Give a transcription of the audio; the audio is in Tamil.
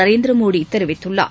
நரேந்திரமோடி தெரிவித்துள்ளார்